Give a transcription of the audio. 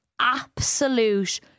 absolute